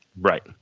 Right